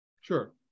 Sure